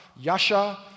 Yasha